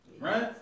Right